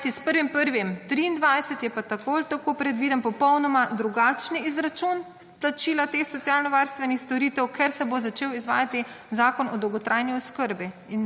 Kajti, s 1. 1. 2023 je pa tako ali tako predviden popolnoma drugačen izračun plačila teh socialno varstvenih storitev, ker se bo začel izvajati zakon o dolgotrajni oskrbi